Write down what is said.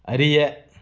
அறிய